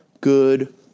good